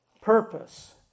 purpose